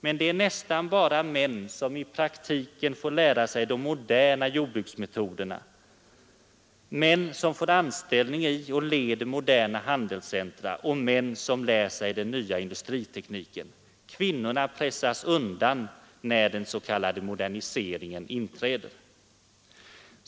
Men det är nästan bara män som i praktiken får lära sig de moderna jordbruksmetoderna, män som får anställning i och leder moderna handelscentra, och män som lär sig den nya industritekniken. Kvinnorna pressas undan när ”moderniseringen” inträder.